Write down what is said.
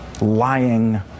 lying